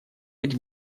быть